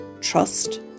trust